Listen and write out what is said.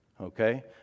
okay